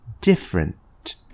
different